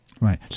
Right